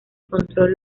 control